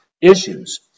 issues